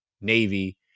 Navy